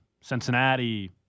Cincinnati